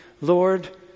Lord